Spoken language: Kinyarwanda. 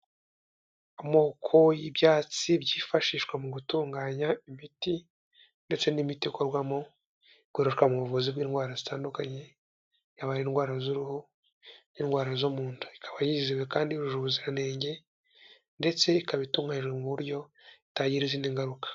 Amoko y'ibyatsi byifashishwa mu gutunganya ibiti ndetse n'imiti ikorwamo ikoreshwa mu buvuzi bw'indwara zitandukanye, yaba indwara z'uruhu n'indwara zo mu nda, ikaba yizizewe kandi yujuje ubuziranenge ndetse ikaba itunganyije mu buryo itagira izindi ngaruka.